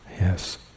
Yes